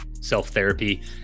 self-therapy